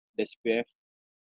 their C_P_F